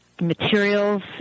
materials